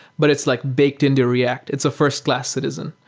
but it's like baked into react. it's a first-class citizen.